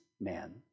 man